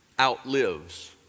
outlives